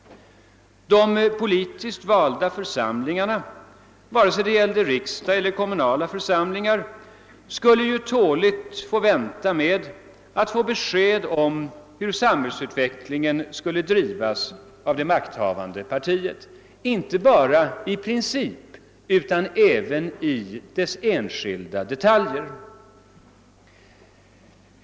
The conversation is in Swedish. De politiskt valda församlingarna, vare sig det gällde riksdag eller kommunala församlingar, skulle tåligt få vänta på besked om hur samhällsutvecklingen skulle drivas av det makthavande partiet, inte bara i princip utan även i dess enskilda detaljer.